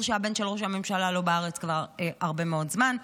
שהבן של ראש הממשלה לא בארץ כבר הרבה מאוד זמן,